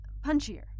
Punchier